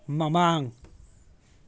ꯃꯃꯥꯡ